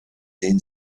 den